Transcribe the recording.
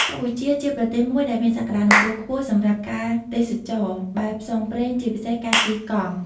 កម្ពុជាជាប្រទេសមួយដែលមានសក្ដានុពលខ្ពស់សម្រាប់ការទេសចរណ៍បែបផ្សងព្រេង ជាពិសេសការជិះកង់។